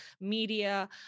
media